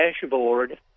dashboard